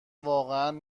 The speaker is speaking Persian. واقعا